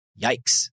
yikes